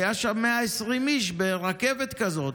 והיו שם 120 איש ברכבת כזאת.